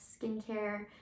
skincare